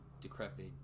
decrepit